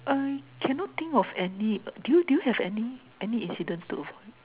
I cannot think of any do you do you have any any incident to avoid